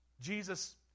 Jesus